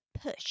push